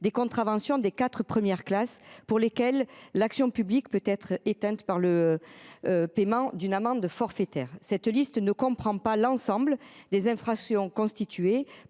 des contraventions des quatre premières classes pour lesquelles l’action publique peut être éteinte par le paiement d’une amende forfaitaire. Cette liste ne comprend pas l’ensemble des infractions constituées